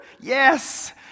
yes